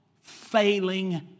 failing